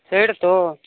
ସେଇଟା ତ